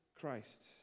Christ